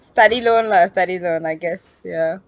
study loan lah study loan I guess ya